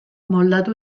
moldatu